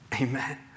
Amen